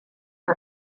for